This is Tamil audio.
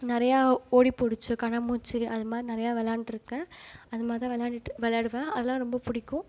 நிறையா ஓடிப்பிடிச்சி கண்ணாமூச்சி அது மாதிரி நிறையா விளையாண்டுருக்கேன் அது மாரி தான் விளையாண்டுட்டு விளையாடுவேன் அதெல்லாம் ரொம்ப பிடிக்கும்